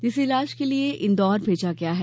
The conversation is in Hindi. जिसे इलाज के लिए इंदौर भेजा गया है